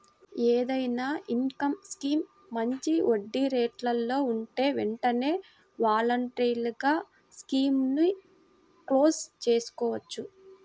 ఏదైనా income scheme మంచి వడ్డీరేట్లలో ఉంటే వెంటనే వాలంటరీగా స్కీముని క్లోజ్ చేసుకోవచ్చు